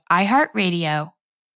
iHeartRadio